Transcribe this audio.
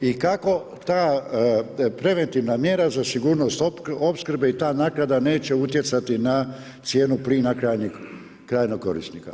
I kako ta preventivna mjera za sigurnost opskrbe i ta naknada neće utjecati na cijenu plina krajnjeg korisnika?